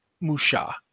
Musha